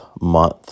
month